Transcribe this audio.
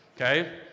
Okay